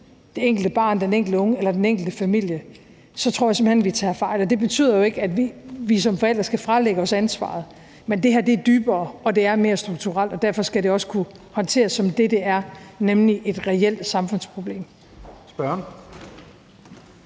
det enkelte barn, den enkelte unge eller den enkelte familie – så tror jeg simpelt hen vi tager fejl. Det betyder jo ikke, at vi som forældre skal fralægge os ansvaret, men det her stikker dybere, og det er mere strukturelt. Derfor skal det også kunne håndteres som det, det er, nemlig et reelt samfundsproblem.